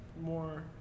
more